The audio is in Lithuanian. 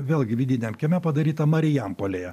vėlgi vidiniam kieme padaryta marijampolėje